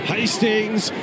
Hastings